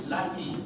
Lucky